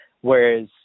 Whereas